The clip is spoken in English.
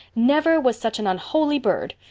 never was such an unholy bird.